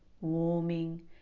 warming